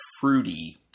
fruity